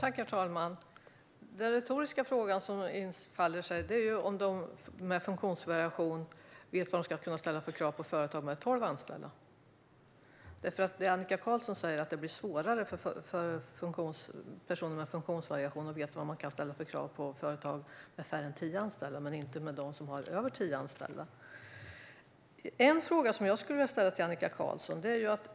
Herr talman! Den retoriska fråga som infinner sig är om de med funktionsvariationer vet vad de kan ställa för krav på företag med tolv anställda. Annika Qarlsson säger ju att det blir svårare för personer med funktionsvariationer att veta vad man kan ställa för krav på företag med färre än tio anställda men inte på företag med fler än tio anställda. Jag skulle vilja ställa en fråga till Annika Qarlsson.